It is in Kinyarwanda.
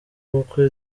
ubukwe